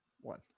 one